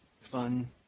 fun